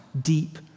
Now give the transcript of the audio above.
deep